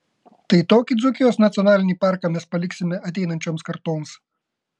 tai kokį dzūkijos nacionalinį parką mes paliksime ateinančioms kartoms